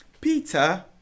Peter